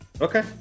Okay